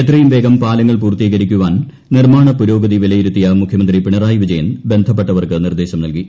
എത്രയും വേഗം പാലങ്ങൾ പൂർത്തീകരിക്കുവാൻ നിർമ്മാണ പുരോഗതി വിലയിരുത്തിയ മുഖ്യമന്ത്രി പിണറായി വിജയൻ ബന്ധപ്പെട്ടവർക്ക് നിർദേശം നൽകി